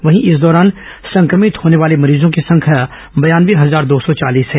वहीं इस दौरान संक्रमित होने वाले मरीजों की संख्या बयानवे हजार दो सौ चालीस है